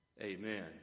Amen